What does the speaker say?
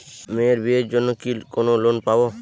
মেয়ের বিয়ের জন্য কি কোন লোন পাব?